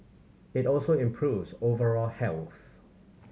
it also improves overall health